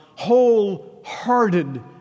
Wholehearted